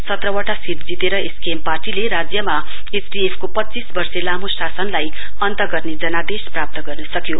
सत्रवटा सीट जितेर एसकेएम पार्टीले राज्यमा एसडिएफको पच्चीस वर्षे लामो शासनलाई अन्त गर्ने जनादेश प्राप्त गर्न सक्यो